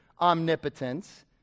omnipotence